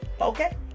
okay